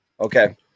Okay